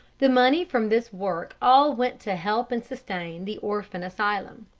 the money from this work all went to help and sustain the orphan asylum.